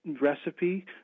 recipe